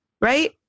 right